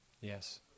Yes